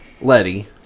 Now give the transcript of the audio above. Letty